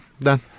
done